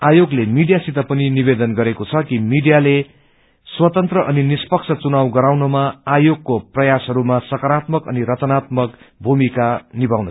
आयागले media सित पनि निवेदन गरेको छ कि मीडियाले स्वतन्त्र अनि निष्पक्ष चुनाव गराउनमा आयोगको प्रयासहरूमा सकारात्मक अनि रचनात्मक भूमिका निभाउनु